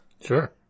Sure